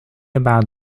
about